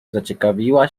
zaciekawiła